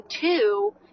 two